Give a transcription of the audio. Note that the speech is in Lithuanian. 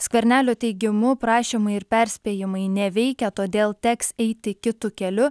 skvernelio teigimu prašymai ir perspėjimai neveikia todėl teks eiti kitu keliu